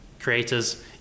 Creators